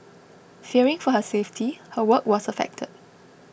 fearing for her safety her work was affected